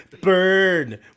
burn